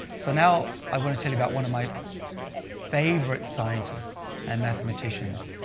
so now i want to tell you about one of my favorite scientists and mathematicians.